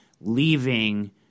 leaving